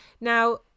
Now